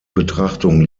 betrachtung